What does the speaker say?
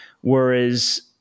Whereas